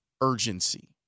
urgency